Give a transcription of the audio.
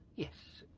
yes,